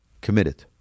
Committed